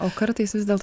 o kartais vis dėlto